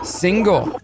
single